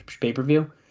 pay-per-view